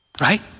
right